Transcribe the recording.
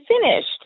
finished